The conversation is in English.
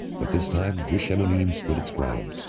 but this time, gush emunim stood its ground,